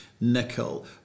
Nickel